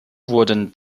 wurden